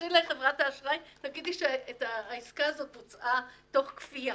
תתקשרי לחברת האשראי ותגידי שהעסקה הזו הוצאה תוך כפייה.